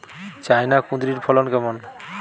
China কুঁদরীর ফলন কেমন?